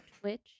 twitch